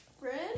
Red